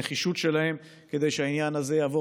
הנחישות שלהם כדי שהעניין הזה יעבור